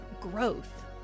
growth